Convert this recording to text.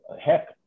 heck